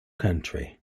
country